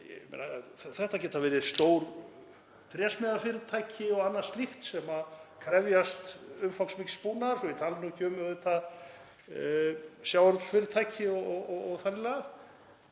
Þetta geta verið stór trésmíðafyrirtæki og annað slíkt sem krefjast umfangsmikils búnaðar, svo ég tali nú ekki um sjávarútvegsfyrirtæki og þannig lagað.